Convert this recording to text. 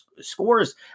scores